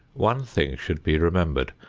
one thing should be remembered.